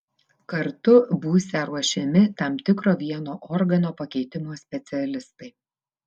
kartu būsią ruošiami tam tikro vieno organo pakeitimo specialistai